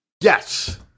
Yes